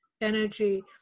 energy